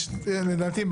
לדעתי,